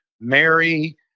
Mary